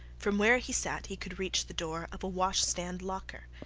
from where he sat he could reach the door of a washstand locker.